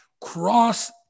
Cross